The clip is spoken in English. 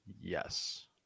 yes